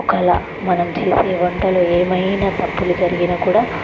ఒకవేళ మనం చేసే వంటలో ఏమైనా తప్పులు జరిగిన కూడా